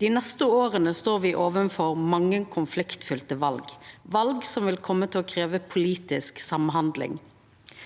Dei neste åra står me overfor mange konfliktfylte val, val som vil koma til å krevja politisk samhandling.